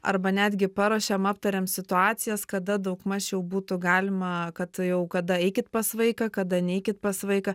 arba netgi paruošiam aptariam situacijas kada daugmaž jau būtų galima kad jau kada eikit pas vaiką kada neikit pas vaiką